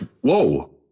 whoa